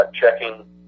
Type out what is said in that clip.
checking